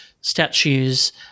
statues